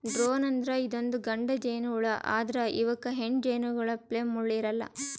drone ಅಂದ್ರ ಇದೊಂದ್ ಗಂಡ ಜೇನಹುಳಾ ಆದ್ರ್ ಇವಕ್ಕ್ ಹೆಣ್ಣ್ ಜೇನಹುಳಪ್ಲೆ ಮುಳ್ಳ್ ಇರಲ್ಲಾ